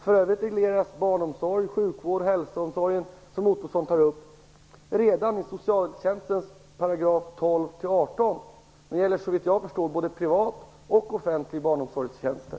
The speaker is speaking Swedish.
För övrigt regleras barnomsorg, hälso och sjukvård och omsorger, som Ottosson tar upp, redan i §§ 12-18 socialtjänstlagen, som såvitt jag förstår gäller för både privata och offentliga barnomsorgstjänster.